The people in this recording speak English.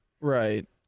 Right